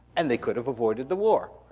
and they could've avoided the war.